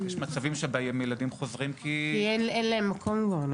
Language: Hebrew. יש מצבים שבהם ילדים חוזרים כי --- כי אין להם מקום כבר,